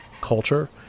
culture